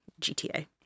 GTA